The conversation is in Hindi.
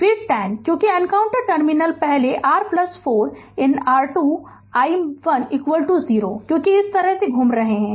फिर 10 क्योंकि एनकाउंटर टर्मिनल पहले फिर r4 के अंदर i2 i1 0 क्योंकि इस तरह से घूम रहे हैं